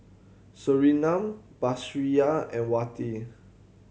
Surinam Batrisya and Wati